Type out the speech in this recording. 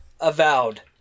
avowed